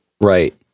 Right